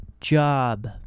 job